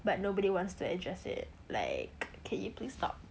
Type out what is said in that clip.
but nobody wants to address it like can you please stop